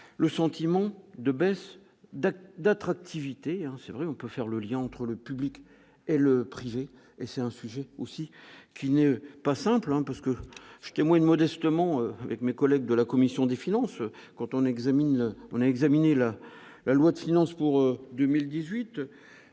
le sentiment de baisse d'actes d'attractivité, c'est vrai, on peut faire le lien entre le public et le privé, et c'est un sujet aussi qui n'est pas simplement parce que je témoigne modestement, avec mes collègues de la commission des finances, quand on examine, on a examiné la la loi de finances pour 2018,